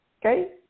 okay